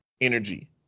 energy